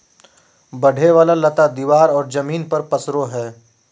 बढ़े वाला लता दीवार और जमीन पर पसरो हइ